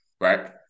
right